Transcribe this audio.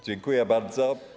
Dziękuję bardzo.